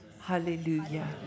Hallelujah